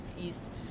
East